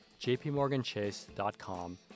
jpmorganchase.com